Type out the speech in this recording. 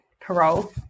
parole